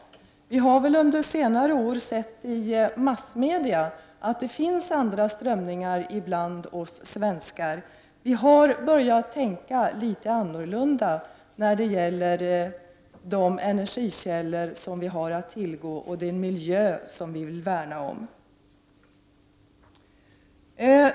Vi har under senare tid sett i massmedia att det finns andra strömningar bland oss svenskar. Vi har börjat tänka litet annorlunda när det gäller de energikällor som vi har att tillgå och den miljö som vi vill värna om.